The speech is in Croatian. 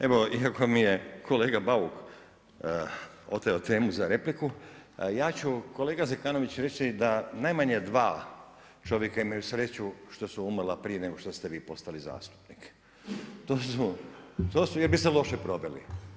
Evo iako mi je kolega Bauk oteo temu za repliku, ja ću kolega Zekanović reći da najmanje dva čovjeka imaju sreću umrla prije nego što ste vi postali zastupnik jer bi se loše proveli.